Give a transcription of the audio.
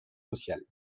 sociales